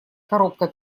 коробка